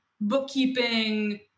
bookkeeping